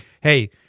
hey